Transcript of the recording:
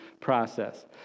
process